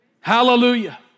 Hallelujah